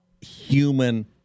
human